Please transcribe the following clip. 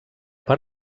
per